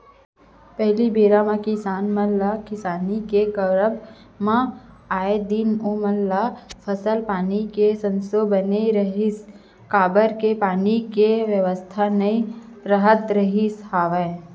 पहिली बेरा म किसान मन ल किसानी के करब म आए दिन ओमन ल फसल पानी के संसो बने रहय काबर के पानी के बेवस्था नइ राहत रिहिस हवय